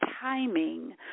timing